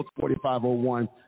4501